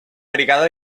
brigada